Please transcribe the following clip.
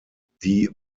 die